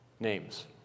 names